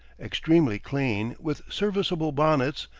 extremely clean, with serviceable bonnets,